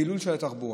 דילול של התחבורה.